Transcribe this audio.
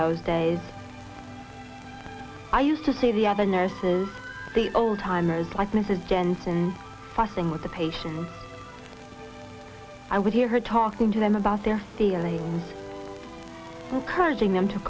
those days i used to see the of a nurses the old timers like mrs jensen fussing with the patients i would hear her talking to them about their feelings so curving them to